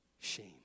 shame